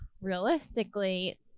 realistically